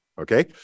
Okay